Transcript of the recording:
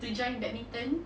to join badminton